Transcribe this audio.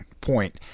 point